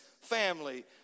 family